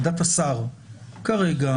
עמדת השר האחראי כרגע,